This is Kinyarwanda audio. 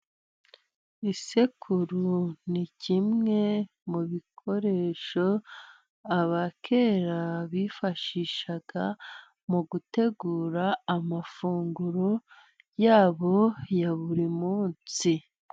Isekuru ni kimwe mu bikoresho abakera bifashishaga mu gutegura amafunguro ya bo ya buri munsi.